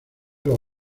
los